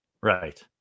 Right